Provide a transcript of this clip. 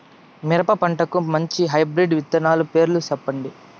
మిరప పంటకు మంచి హైబ్రిడ్ విత్తనాలు పేర్లు సెప్పండి?